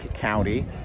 County